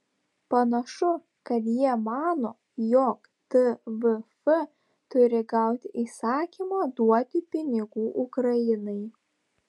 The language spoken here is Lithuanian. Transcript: panašu kad jie mano jog tvf turi gauti įsakymą duoti pinigų ukrainai